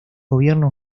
gobierno